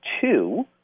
two